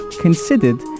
considered